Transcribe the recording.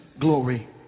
Glory